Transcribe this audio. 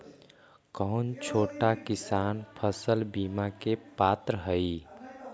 का छोटा किसान फसल बीमा के पात्र हई?